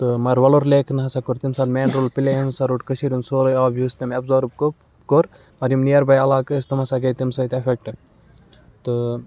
تہٕ مگر وَلُر لیکَن ہَسا کوٚر تَمہِ ساتہٕ مین رول پٕلے أمۍ ہَسا روٚٹ کٔشیٖرِ ہُنٛد سورُے آب یُس تٔمہِ ایبزارٕب کوٚ کوٚر پَر یِم نِیَر باے علاقہٕ ٲسۍ تِم ہَسا گٔیٚے تَمہِ سۭتۍ ایفیکٹ تہٕ